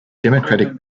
democratic